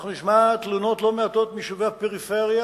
אנחנו נשמע תלונות לא מעטות מיישובי הפריפריה,